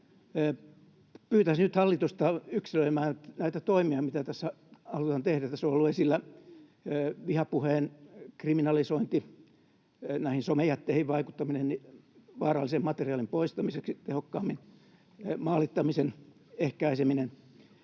Pyytäisin nyt hallitusta yksilöimään näitä toimia, mitä tässä halutaan tehdä. Tässä on ollut esillä vihapuheen kriminalisointi, näihin somejätteihin vaikuttaminen vaarallisen materiaalin poistamiseksi tehokkaammin, maalittamisen ehkäiseminen,